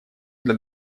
для